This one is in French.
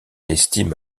estime